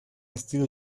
estilo